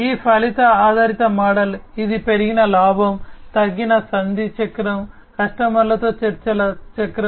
ఈ ఫలిత ఆధారిత మోడల్ ఇది పెరిగిన లాభం తగ్గిన సంధి చక్రం కస్టమర్తో చర్చల చక్రం